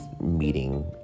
meeting